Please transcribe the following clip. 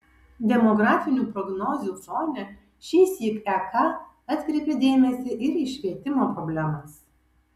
demografinių prognozių fone šįsyk ek atkreipė dėmesį ir į švietimo problemas